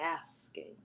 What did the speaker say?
asking